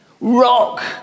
Rock